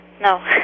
No